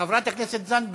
חברת הכנסת זנדברג,